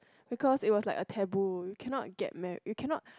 because it was like a taboo you cannot get marri~ you cannot